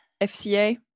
FCA